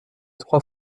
trois